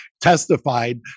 testified